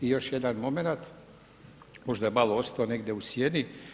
I još jedan momenat, možda je malo ostao negdje u sjeni.